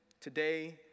today